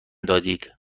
دادید